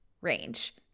range